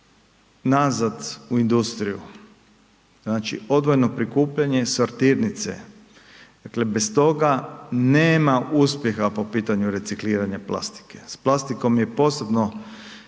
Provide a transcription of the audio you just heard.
nazad u industriju, znači odvojeno prikupljanje sortirnice, bez toga nema uspjeha po pitanju recikliranja plastike. S plastikom je posebno